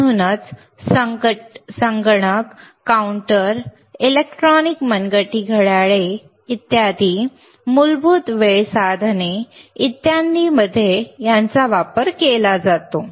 म्हणूनच संगणक counter electronic मनगटी घड्याळे इत्यादी मूलभूत वेळ साधने इत्यादींमध्ये याचा वापर केला जातो